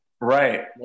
right